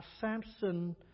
Samson